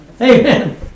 Amen